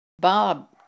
Bob